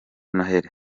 noheli